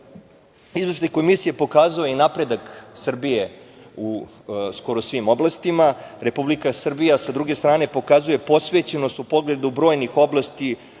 komisije je pokazao i napredak Srbije u skoro svim oblastima. Republika Srbija, sa druge strane, pokazuje posvećenost u pogledu brojnih oblasti